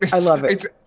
i love it.